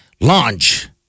launch